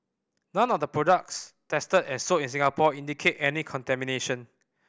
none of the products tested and sold in Singapore indicate any contamination